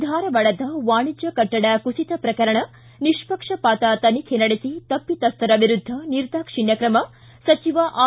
ಿ ಧಾರವಾಡದ ವಾಣಿಜ್ಯ ಕಟ್ಟಡ ಕುಸಿತ ಪ್ರಕರಣ ನಿಷ್ಷಕ್ಷಪಾತ ತನಿಖೆ ನಡೆಸಿ ತಪ್ಪಿತಸ್ಥರ ವಿರುದ್ಧ ನಿರ್ದಾಕ್ಷಣ್ಯ ಕ್ರಮ ಸಚಿವ ಆರ್